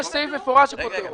יש סעיף מפורש שפוטר אותו.